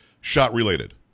shot-related